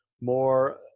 more